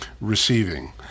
receiving